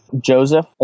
Joseph